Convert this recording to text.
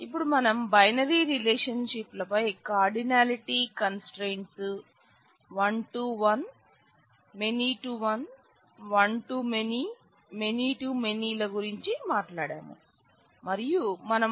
ఇప్పుడు మనం binary relationship లపై కార్డినలిటీ కంస్ట్రయింట్స్ అని దాని అర్థం